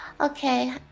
Okay